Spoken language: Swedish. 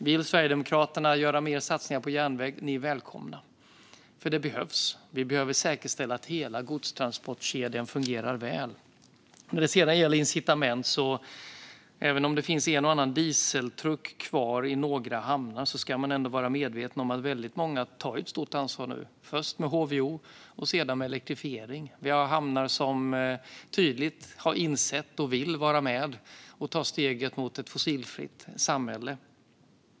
Vill Sverigedemokraterna göra mer satsningar på järnväg är ni välkomna, för det behövs. Vi behöver säkerställa att hela godstransportkedjan fungerar väl. Sedan har vi frågan om incitament. Även om det finns en och annan dieseltruck kvar i några hamnar ska man ändå vara medveten om att väldigt många tar ett stort ansvar nu, först med HVO och sedan med elektrifiering. Vi har hamnar som tydligt har insett detta och vill vara med och ta steget mot ett fossilfritt samhälle.